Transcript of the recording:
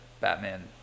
Batman